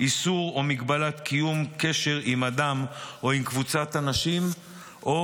איסור או מגבלת קיום קשר עם אדם או עם קבוצת אנשים או